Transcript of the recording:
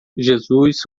jesus